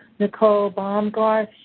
nicole baumgarth,